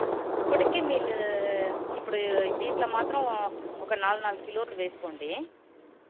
ఇప్పటికి ఇప్పుడు దీనిలో మాత్రం ఒక నాలుగు నాలుగు కిలోలు వేసుకోండి